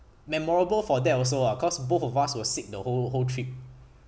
memorable for that also ah cause both of us was sick the whole whole trip